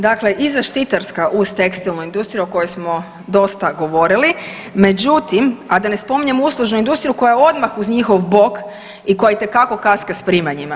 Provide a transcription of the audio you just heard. Dakle, i zaštitarska uz tekstilnu industriju o kojoj smo dosta govorili, međutim, a da ne spominjem uslužnu industriju koja je odmah uz njihov bok i koja itekako kaska s primanjima.